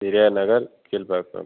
Periyar Nagar Kilpauk